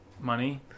money